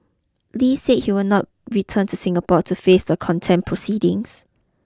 Li said he will not return to Singapore to face the contempt proceedings